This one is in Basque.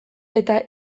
eta